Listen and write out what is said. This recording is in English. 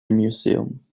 museum